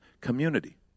community